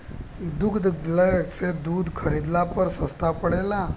दुग्धालय से दूध खरीदला पर सस्ता पड़ेला?